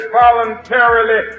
voluntarily